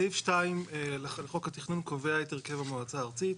סעיף 2 לחוק התכנון קובע את הרכב המועצה הארצית.